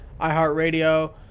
iHeartRadio